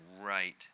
right